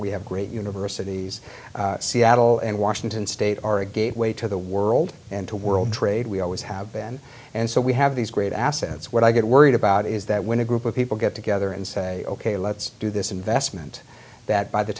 we have a great university seattle and washington state are a gateway to the world and to world trade we always have been and so we have these great assets what i get worried about is that when a group of people get together and say ok let's do this investment that by the